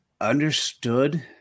understood